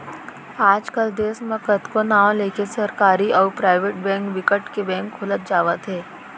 आज कल देस म कतको नांव लेके सरकारी अउ पराइबेट बेंक बिकट के बेंक खुलत जावत हे